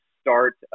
start